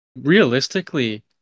realistically